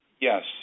Yes